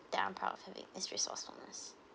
that I'm proud of having is resourcefulness